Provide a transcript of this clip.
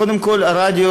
קודם כול, הרדיו